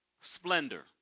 splendor